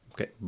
Okay